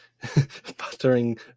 Buttering